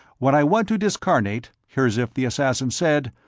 when i want to discarnate hirzif the assassin said,